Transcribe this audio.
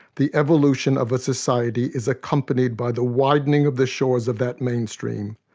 the evolution of a society is accompanied by the widening of the shores of that mainstream,